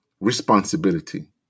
responsibility